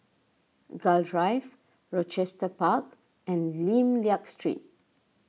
Gul Drive Rochester Park and Lim Liak Street